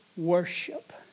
Worship